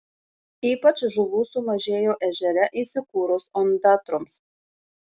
ypač žuvų sumažėjo ežere įsikūrus ondatroms